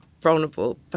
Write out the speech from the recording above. vulnerable